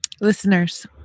listeners